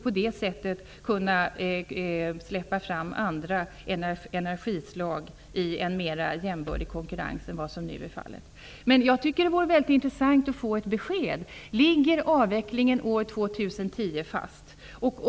På det sättet kan man också släppa fram andra energislag i en mer jämbördig konkurrens än vad som nu är fallet. Det vore intressant att få ett besked -- ligger beslutet om avveckling år 2010 fast?